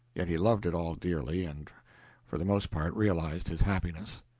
yet he loved it all dearly, and for the most part realized his happiness.